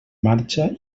marxa